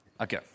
Okay